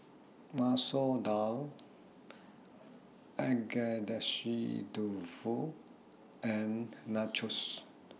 Masoor Dal Agedashi Dofu and Nachos